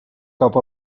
cap